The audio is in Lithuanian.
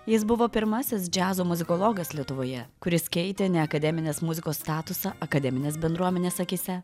jis buvo pirmasis džiazo muzikologas lietuvoje kuris keitė ne akademinės muzikos statusą akademinės bendruomenės akyse